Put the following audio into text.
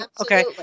okay